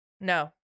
No